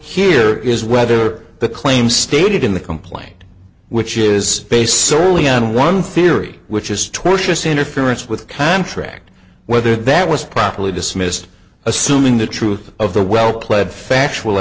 here is whether the claim stated in the complaint which is based solely on one theory which is tortious interference with contract whether that was properly dismissed assuming the truth of the well pled factual